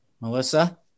Melissa